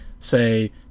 say